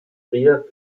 trierer